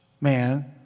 man